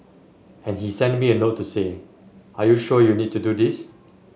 and he sent me a note to say are you sure you need to do this